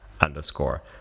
underscore